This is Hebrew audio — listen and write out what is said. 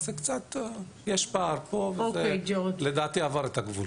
יש קצת פער ולדעתי זה עבר את הגבול.